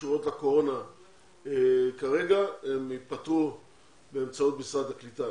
שקשורות לקורונה כרגע הן ייפתרו באמצעות משרד הקליטה.